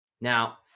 Now